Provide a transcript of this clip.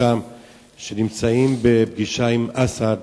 שנמצאים בפגישה עם אסד,